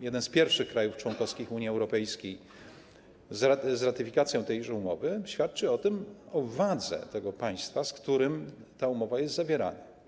jeden z pierwszych krajów członkowskich Unii Europejskiej z ratyfikacją tejże umowy, świadczy o wadze tego państwa, z którym ta umowa jest zawierana.